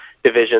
Division